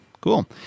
Cool